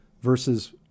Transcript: versus